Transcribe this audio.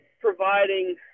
providing